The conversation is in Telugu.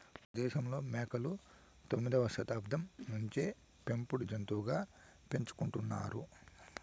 మనదేశంలో మేకలు తొమ్మిదవ శతాబ్దం నుంచే పెంపుడు జంతులుగా పెంచుకుంటున్నారు